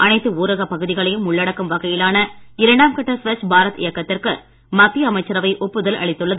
அனைத்து ஊரகப் பகுதிகளையும் உள்ளடக்கும் வகையிலான இரண்டாம் கட்ட ஸ்வச் பாரத் இயக்கத்திற்கு மத்திய அமைச்சரவை ஒப்புதல் அளித்துள்ளது